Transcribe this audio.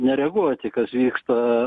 nereaguoti kas vyksta